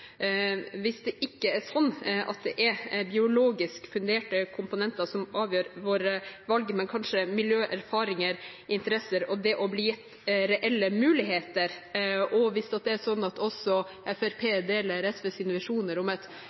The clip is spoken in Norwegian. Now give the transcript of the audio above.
Hvis det ikke er sånn at det er biologisk funderte komponenter som avgjør våre valg, men kanskje miljø, erfaringer, interesser og det å bli gitt reelle muligheter, og hvis det er sånn at også Fremskrittspartiet deler SVs visjoner om et